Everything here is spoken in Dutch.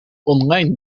online